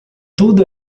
tudo